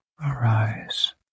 arise